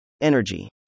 Energy